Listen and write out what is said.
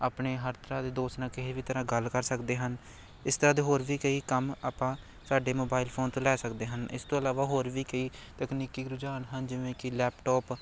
ਆਪਣੇ ਹਰ ਤਰ੍ਹਾਂ ਦੇ ਦੋਸਤ ਨਾਲ ਕਿਸੇ ਵੀ ਤਰ੍ਹਾਂ ਗੱਲ ਕਰ ਸਕਦੇ ਹਨ ਇਸ ਤਰ੍ਹਾਂ ਦੇ ਹੋਰ ਵੀ ਕਈ ਕੰਮ ਆਪਾਂ ਸਾਡੇ ਮੋਬਾਈਲ ਫੋਨ ਤੋਂ ਲੈ ਸਕਦੇ ਹਨ ਇਸ ਤੋਂ ਇਲਾਵਾ ਹੋਰ ਵੀ ਕਈ ਤਕਨੀਕੀ ਰੁਝਾਨ ਹਨ ਜਿਵੇਂ ਕਿ ਲੈਪਟੋਪ